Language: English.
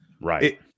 Right